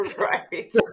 Right